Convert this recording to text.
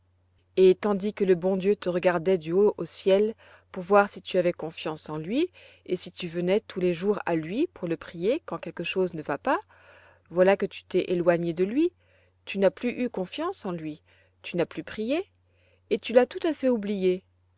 et tandis que le bon dieu te regardait du haut au ciel pour voir si tu avais confiance en lui et si tu venais tous les jours à lui pour le prier quand quelque chose ne va pas voilà que tu t'es éloignée de lui tu n'as plus eu confiance en lui tu n'as plus prié et tu l'as tout à fait oublié